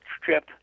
trip